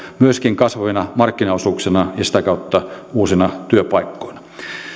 myöskin kasvavina markkinaosuuksina ja sitä kautta uusina työpaikkoina